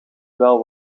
wel